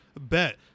bet